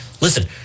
listen